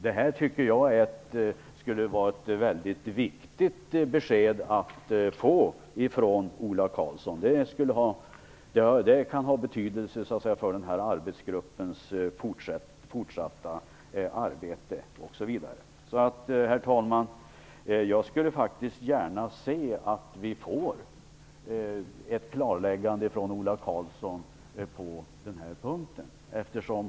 Det skulle vara ett viktigt besked att få från Ola Karlsson. Det kan ha betydelse för arbetsgruppens fortsatta arbete. Herr talman! Jag skulle gärna se att vi får ett klarläggande från Ola Karlsson på den här punkten.